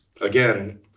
again